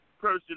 person